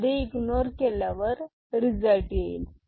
carry ignore केल्यावर result येईल